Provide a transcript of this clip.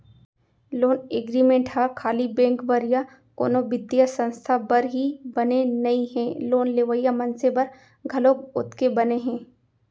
loan agreement ह खाली bank बर या कोनो बित्तीय संस्था बर ही बने नइ हे लोन लेवइया मनसे बर घलोक ओतके बने हे